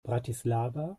bratislava